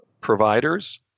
providers